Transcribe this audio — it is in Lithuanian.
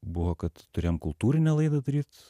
buvo kad turėjom kultūrinę laidą daryt